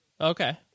Okay